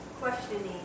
Questioning